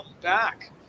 back